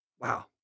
Wow